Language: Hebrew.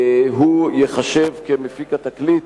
הוא ייחשב כמפיק התקליט,